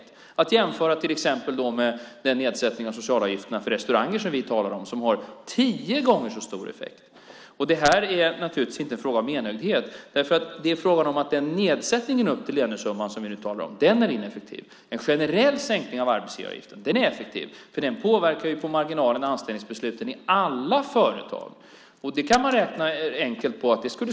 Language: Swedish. Det kan man jämföra till exempel med den nedsättning av socialavgifterna för restauranger som vi talar om som har tio gånger så stor effekt. Det här är naturligtvis inte en fråga om enögdhet. Det är fråga om att den nedsättning upp till den här lönesumman som vi nu talar om är ineffektiv. En generell sänkning av arbetsgivaravgiften är effektiv, för den påverkar på marginalen anställningsbesluten i alla företag. Det kan man räkna enkelt på.